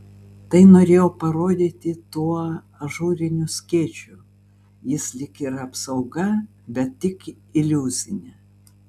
tai norėjau parodyti tuo ažūriniu skėčiu jis lyg ir apsauga bet tik iliuzinė